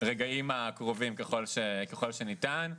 ברגעים הקרובים ככל שניתן.